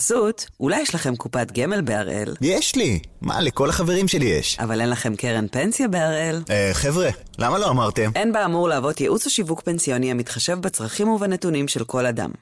בחסות, אולי יש לכם קופת גמל בהראל... יש לי! מה, לכל החברים שלי יש. אבל אין לכם קרן פנסיה בהראל. אה, חבר'ה, למה לא אמרתם? אין באמור להוות ייעוץ או שיווק פנסיוני המתחשב בצרכים ובנתונים של כל אדם.